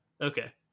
Okay